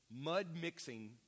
mud-mixing